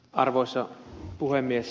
arvoisa puhemies